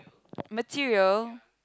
material